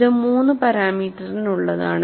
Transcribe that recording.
ഇത് 3 പാരാമീറ്ററിനുള്ളതാണ്